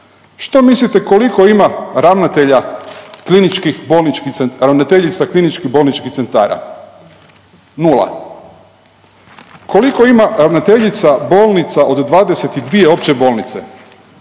bolničkih centara, ravnateljica kliničkih bolničkih centara? Nula. Koliko ima ravnateljica bolnica od 22 opće bolnice?